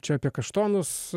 čia apie kaštonus